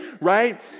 right